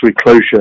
closure